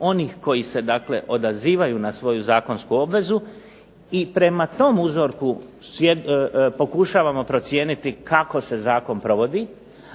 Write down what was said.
onih koji se dakle odazivaju na svoju zakonsku obvezu i prema tom uzorku pokušamo procijeniti kako se zakon provodi,